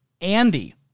Andy